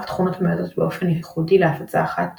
רק תכונות המיועדות באופן ייחודי להפצה אחת